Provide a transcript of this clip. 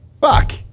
fuck